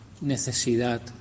necesidad